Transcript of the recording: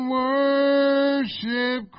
worship